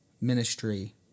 ministry